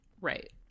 Right